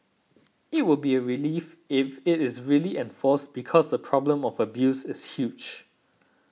it will be a relief if it is really enforced because the problem of abuse is huge